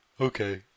okay